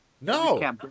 No